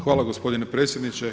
Hvala gospodine predsjedniče.